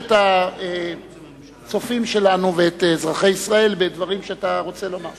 את הצופים שלנו ואת אזרחי ישראל בדברים שאתה רוצה לומר.